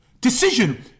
Decision